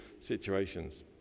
situations